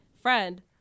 friend